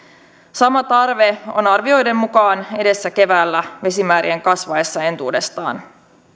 sama tarve on arvioiden mukaan edessä keväällä vesimäärien kasvaessa entuudestaan